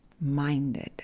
minded